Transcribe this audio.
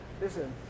Listen